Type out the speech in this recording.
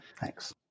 Thanks